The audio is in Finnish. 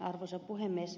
arvoisa puhemies